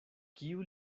kiu